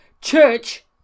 Church